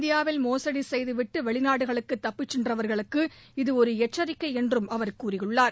இந்தியாவில் மோசடி செய்துவிட்டு வெளிநாடுகளுக்கு தப்பிக் சென்றவர்களுக்கு இது ஒரு எச்சரிக்கை என்றும் அவர் கூறியுள்ளார்